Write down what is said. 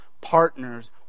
partners